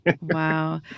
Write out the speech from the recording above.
Wow